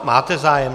Máte zájem.